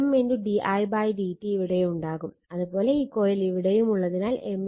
di dt ഇവിടെയുണ്ടാകും അത് പോലെ ഈ കോയിൽ ഇവിടെയും ഉള്ളതിനാൽ M